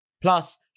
Plus